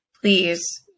Please